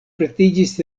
pretiĝis